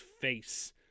face